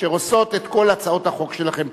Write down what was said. אשר עושות את כל הצעות החוק שלכם פלסתר.